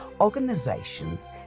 organizations